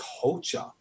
culture